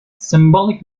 symbolic